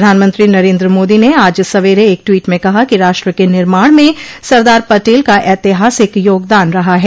प्रधानमंत्री नरेंद्र मोदी ने आज सवेरे एक ट्वीट में कहा कि राष्ट्र के निर्माण में सरदार पटेल का ऐतिहासिक योगदान रहा है